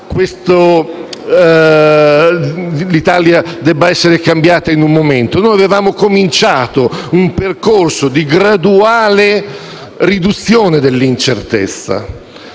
l'Italia debba essere cambiata in un momento. Noi avevamo cominciato un percorso di graduale riduzione dell'incertezza